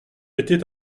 était